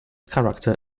character